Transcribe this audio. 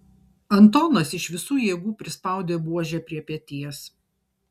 antonas iš visų jėgų prispaudė buožę prie peties